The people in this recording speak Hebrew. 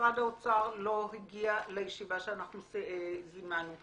משרד האוצר לא הגיע לישיבה שאנחנו זימנו,